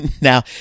now